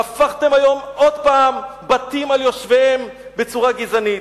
והפכתם היום שוב בתים על יושביהם בצורה גזענית.